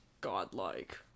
Godlike